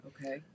Okay